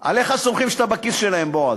עליך סומכים שאתה בכיס שלהם, בועז.